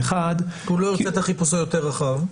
אחת --- כי הוא לא ירצה את החיפוש היותר רחב.